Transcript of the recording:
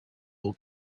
old